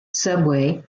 subway